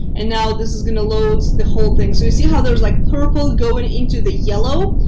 and now this is gonna load the whole thing. so you see how there's like purple going into the yellow.